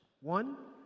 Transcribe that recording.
One